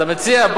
אתה מציע,